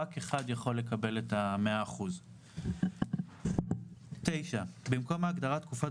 רק אחד יכול לקבל 100%. " (9)במקום ההגדרה "תקופת